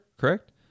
correct